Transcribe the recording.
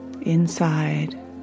inside